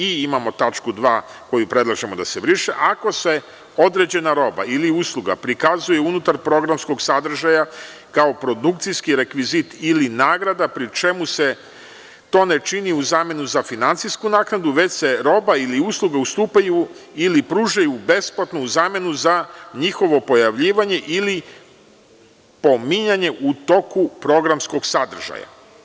Imamo i tačku 2) koju predlažemo da se briše – ako se određena roba ili usluga prikazuje unutar programskog sadržaja kao produkcijski rekvizit ili nagrada, pri čemu se to ne čini u zamenu za finansijsku naknadu, već se roba ili usluga ustupaju ili pružaju besplatno u zamenu za njihovo pojavljivanje ili pominjanje u toku programskog sadržaja.